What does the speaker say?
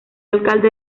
alcalde